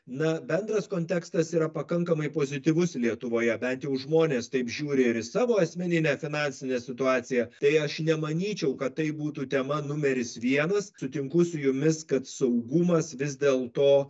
na bendras kontekstas yra pakankamai pozityvus lietuvoje bent jau žmonės taip žiūri ir į savo asmeninę finansinę situaciją tai aš nemanyčiau kad tai būtų tema numeris vienas sutinku su jumis kad saugumas vis dėl to